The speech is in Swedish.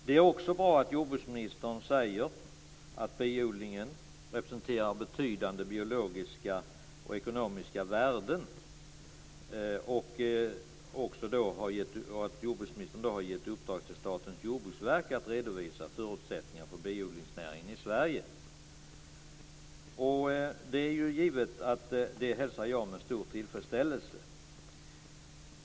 Det är också bra att jordbruksministern säger att biodlingen representerar betydande biologiska och ekonomiska värden och att jordbruksministern har gett i uppdrag till Statens jordbruksverk att redovisa förutsättningarna för biodlingsnäringen i Sverige. Det hälsar jag med stor tillfredsställelse.